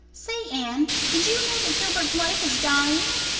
say, anne, did you know that gilbert blythe is dying?